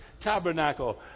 tabernacle